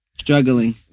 struggling